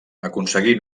aconseguí